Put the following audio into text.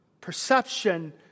perception